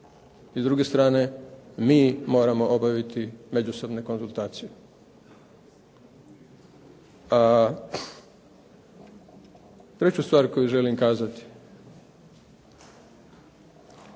I s druge strane mi moramo obaviti međusobne konzultacija. Treća stvar koju želim kazati,